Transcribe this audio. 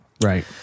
Right